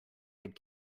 had